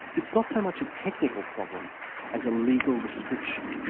it's not so much a technical problem as a legal restriction.